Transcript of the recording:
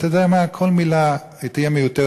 אתה יודע מה, כל מילה תהיה מיותרת.